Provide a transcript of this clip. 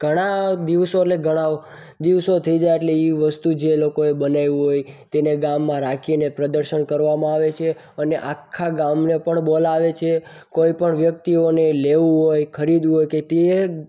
ઘણા દિવસો એટલે ઘણા દિવસો થઈ ગયા એટલે એ વસ્તુ જે લોકો એ બનાવી હોય તો તેને ગામમાં રાખીને પ્રદર્શન કરવામાં આવે છે અને આખા ગામને પણ બોલાવે છે કોઈ પણ વ્યક્તિઓને લેવું હોય ખરીદવું હોય કે તે